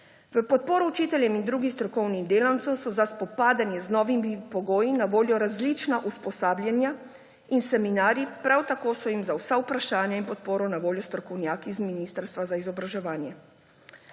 V podporo učiteljem in drugim strokovnim delavcem so za spopadanje z novimi pogoji na voljo različna usposabljanja in seminarji, prav tako so jim za vsa vprašanja in podporo na voljo strokovnjaki z ministrstva za izobraževanje.